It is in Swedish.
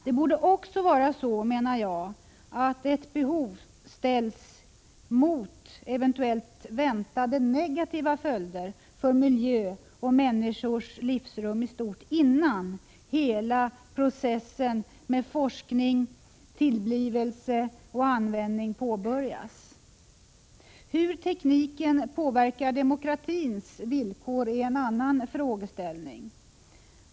Det borde också vara så att ett behov ställs mot eventuellt väntade negativa följder för miljö och människors livsrum i stort, innan hela processen med forskning, tillblivelse och användning påbörjas. Hur tekniken påverkar demokratins villkor är en annan frågeställning.